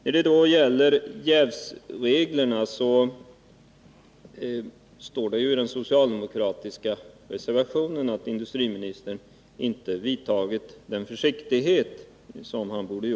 När det gäller jävsreglerna sägs det i den socialdemokratiska reservationen att industriministern inte iakttagit den försiktighet som han borde.